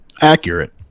Accurate